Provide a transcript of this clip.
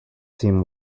seem